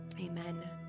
amen